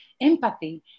empathy